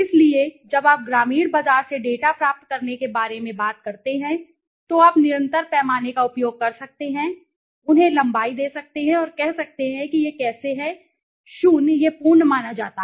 इसलिए जब आप ग्रामीण बाजार से डेटा प्राप्त करने के बारे में बात करते हैं तो आप निरंतर पैमाने का उपयोग कर सकते हैं उन्हें लंबाई दे सकते हैं और कह सकते हैं कि यह कैसे है 0 यह पूर्ण माना जाता है